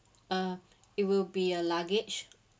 uh it will be a luggage